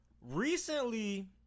Recently